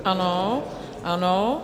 Ano, ano.